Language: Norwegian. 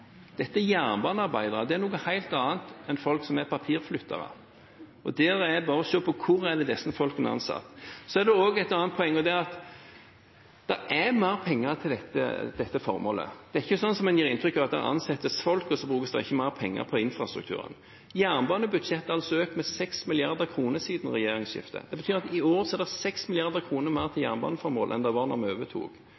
Dette er jernbanearbeidere. Det er noe helt annet enn papirflyttere. Det er bare å se på hvor disse folkene er ansatt. Det er også et annet poeng, og det er at det er mer penger til dette formålet. Det er ikke sånn som en gir inntrykk av, at det ansettes folk og så brukes det ikke mer penger på infrastruktur. Jernbanebudsjettet har økt med 6 mrd. kr siden regjeringsskiftet. Det betyr at i år er det 6 mrd. kr mer til